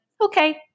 okay